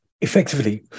effectively